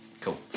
Cool